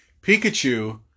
Pikachu